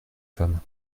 femme